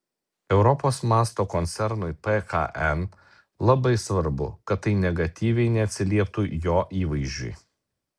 europos mąsto koncernui pkn labai svarbu kad tai negatyviai neatsilieptų jo įvaizdžiui